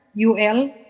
UL